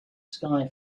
sky